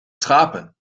schapen